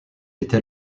était